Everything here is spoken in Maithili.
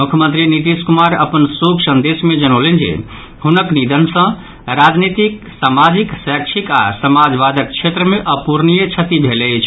मुख्यमंत्री नीतीश कुमार अपन शोक संदेश मे जनौलनि जे हुनक निधन सँ राजनीतिक सामाजिक शैक्षिक आओर समाजवादक क्षेत्र मे अपूर्णीय क्षति भेल अछि